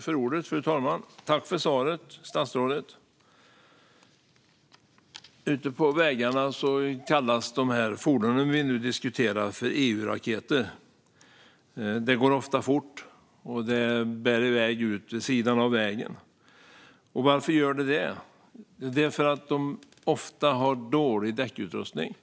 Fru talman! Tack för svaret, statsrådet! Ute på vägarna kallas de fordon vi nu diskuterar "EU-raketer". Det går ofta fort, och det bär iväg ut vid sidan av vägen. Varför? Jo, för att fordonen ofta har dålig däckutrustning.